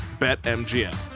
BetMGM